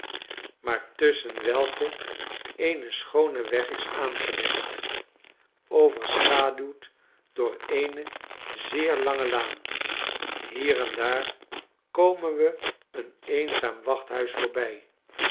maar tusschen welke een schoone weg is aangelegd overschaduwd door eene zeer lange laan hier en daar komen we een eenzaam wachthuis voorbij